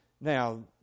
Now